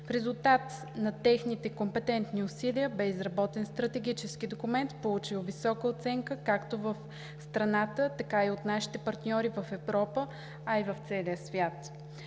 В резултат на техните компетентни усилия бе изработен стратегически документ, получил висока оценка както в страната, така и от нашите партньори в Европа, а и в целия свят.